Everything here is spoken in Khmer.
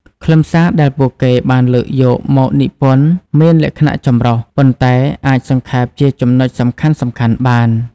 ខ្លឹមសារដែលពួកគេបានលើកយកមកនិពន្ធមានលក្ខណៈចម្រុះ ប៉ុន្តែអាចសង្ខេបជាចំណុចសំខាន់ៗបាន។